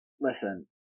listen